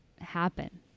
happen